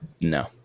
No